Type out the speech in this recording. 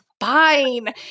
fine